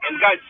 guy's